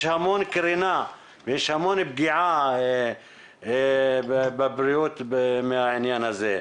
המון קרינה ויש פגיעה בבריאות מהעניין הזה.